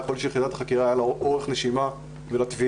יכול להיות שליחידת החקירה היה לה אורך נשימה ולתביעה